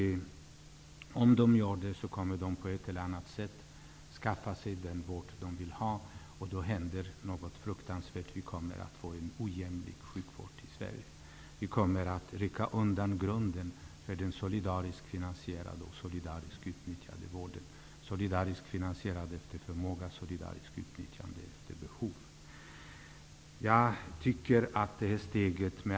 Om de gör det, kommer de på ett eller annat sätt att skaffa sig den vård de vill ha, och då händer något fruktansvärt: Vi kommer att få en ojämlik sjukvård i Sverige. Vi kommer då att rycka undan grunden för den solidariskt finansierade och solidariskt utnyttjade vården -- solidariskt finansierad efter förmåga, solidariskt utnyttjad efter behov.